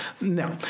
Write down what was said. No